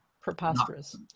preposterous